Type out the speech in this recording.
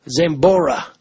Zambora